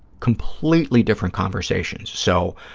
completely different conversations. so,